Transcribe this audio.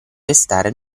restare